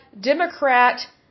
Democrat